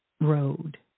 road